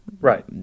Right